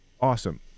awesome